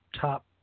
top